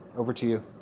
over to you.